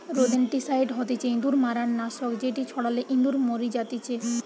rodenticide হতিছে ইঁদুর মারার নাশক যেটি ছড়ালে ইঁদুর মরি জাতিচে